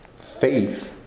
faith